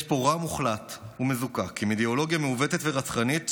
יש פה רע מוחלט ומזוקק עם אידיאולוגיה מעוותת ורצחנית,